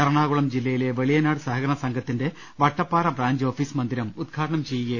എറണാകുളം ജില്ലയിലെ വെളിയനാട് സഹകരണസംഘത്തിന്റെ Vattappara branch office മന്ദിരം ഉദ്ഘാടനം ചെയ്യുകയായിരുന്നു മന്ത്രി